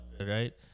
right